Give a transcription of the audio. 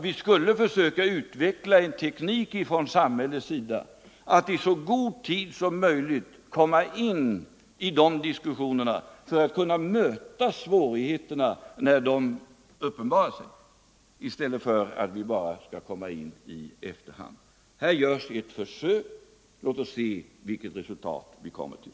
Vi skall försöka utveckla en teknik från samhällets sida för att i så god tid som möjligt komma in i de diskussionerna för att kunna möta svårigheterna när de uppenbarar sig i stället för att vi bara skall komma in i efterhand. Här görs ett försök. Låt oss se vilket resultat vi kommer till!